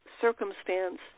circumstance